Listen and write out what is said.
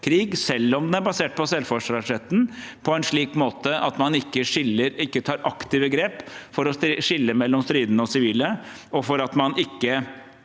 selv om den er basert på selvforsvarsretten på en slik måte at man ikke tar aktive grep for å skille mellom stridende og sivile, og for at man ikke